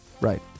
Right